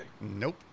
Nope